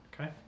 Okay